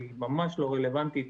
היא ממש לא רלוונטית,